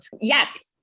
Yes